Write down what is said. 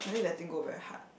letting go very hard